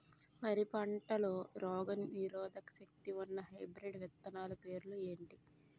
వరి పంటలో రోగనిరోదక శక్తి ఉన్న హైబ్రిడ్ విత్తనాలు పేర్లు ఏంటి?